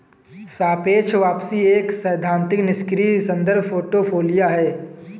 सापेक्ष वापसी एक सैद्धांतिक निष्क्रिय संदर्भ पोर्टफोलियो है